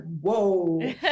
whoa